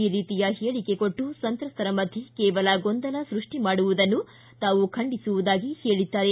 ಈ ರೀತಿಯ ಹೇಳಿಕೆ ಕೊಟ್ಟು ಸಂತ್ರಸ್ತರ ಮಧ್ಯೆ ಕೇವಲ ಗೊಂದಲ ಸೃಷ್ಟಿ ಮಾಡುವುದನ್ನು ತಾವು ಖಂಡಿಸುದಾಗಿ ಹೇಳಿದ್ದಾರೆ